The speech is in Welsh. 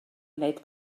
wneud